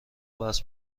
وصل